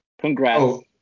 congrats